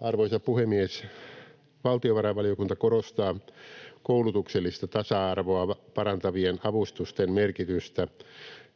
Arvoisa puhemies! Valtiovarainvaliokunta korostaa koulutuksellista tasa-arvoa parantavien avustusten merkitystä,